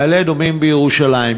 מעלה-אדומים בירושלים.